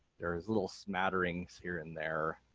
there's little smatterings here and there,